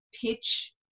pitch